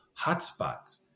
hotspots